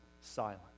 silent